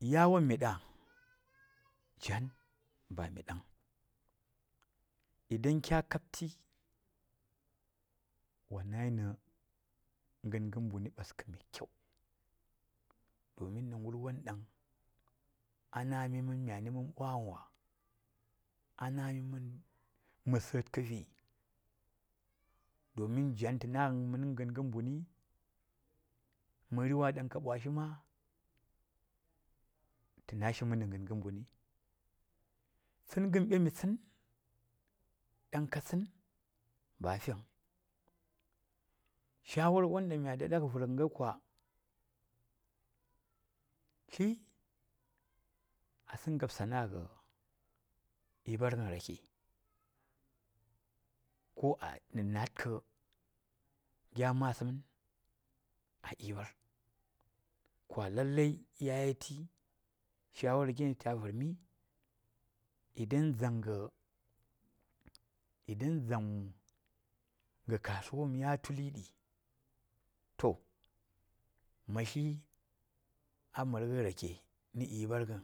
﻿Yawan midah jaan ba midah vung in kya kabti wa nayi na ganga mbuni mai kyau domin na garwan ɗan a naminan myani man bwagwan ɗan a namiman myani man bwagon wa a na mi man ma satka vi don jan to nagaman na ganga mbuni mari wa ɗan ka bwashi ma ta na shi man na ganga mbuni tsingan ɓemir tsin ɗan ka tsin ba a fi vung ɗan mya. Daɗak ka virgan gai kwa tlyi a lan ngab sana’a ɗibar gan rake ko ta natke gya masman ɗibar ba lalai iyayeti shawara wa ɗa ta ta ya virga in dzanga kasuwa wam ya tuliɗi ma tlyi a marga rake na ɗibargan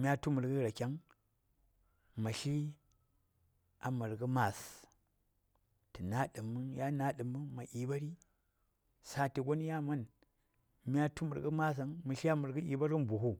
mya tu mirga rake vung ma tla a marga mas ita naɗanma ya naɗammən ma ɗiɓari sati gon ya mya tu marga mas vung ma tla a morgan bufu